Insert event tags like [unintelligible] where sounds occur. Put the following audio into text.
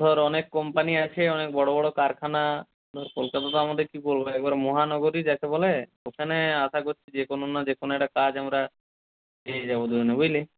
ধর অনেক কোম্পানি আছে অনেক বড়ো বড়ো কারখানা [unintelligible] কলকাতা তো আমাদের কি বলবো একবারে মহানগরী যাকে বলে ওখানে আশা করছি যে কোন না যে কোন একটা কাজ আমরা পেয়ে যাব দুজনে বুঝলি